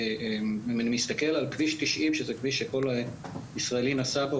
אם אני מסתכל על כביש 90 שזה כביש שכל ישראלי נסע בו